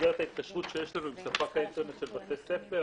במסגרת ההתקשרות שיש לנו עם ספק האינטרנט של בתי ספר,